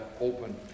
open